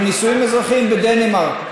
בנישואים אזרחיים בדנמרק,